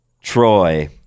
Troy